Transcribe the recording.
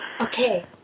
Okay